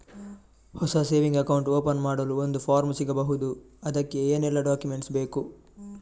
ಹೊಸ saving account open ಮಾಡಲು ಒಂದು ಫಾರ್ಮ್ ಸಿಗಬಹುದು? ಅದಕ್ಕೆ ಏನೆಲ್ಲಾ ಡಾಕ್ಯುಮೆಂಟ್ಸ್ ಬೇಕು?